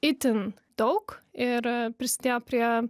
itin daug ir prisidėjo prie